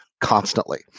Constantly